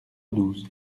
douze